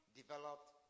developed